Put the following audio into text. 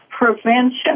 prevention